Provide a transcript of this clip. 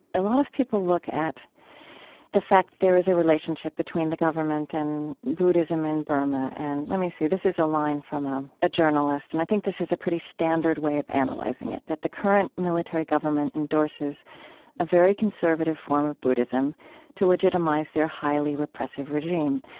a lot of people look at the fact there is a relationship between the government and buddhism in burma. and, let me see, this is a line from um a journalist. and i think this is a pretty standard way of analyzing it, that the current military government endorses a very conservative form of buddhism to legitimize their highly repressive regime.